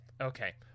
okay